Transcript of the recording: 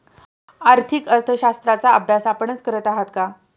आर्थिक अर्थशास्त्राचा अभ्यास आपणच करत आहात का?